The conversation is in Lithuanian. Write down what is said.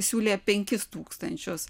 siūlė penkis tūkstančius